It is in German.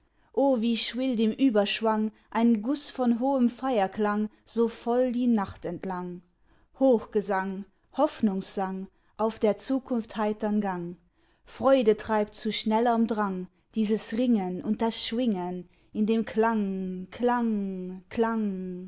o wie schwillt im überschwang ein guß von hohem feierklang so voll die nacht entlang hochgesang hoffnungssang auf der zukunft heitern gang freude treibt zu schnellerm drang dieses ringen und das schwingen in dem klang klang klang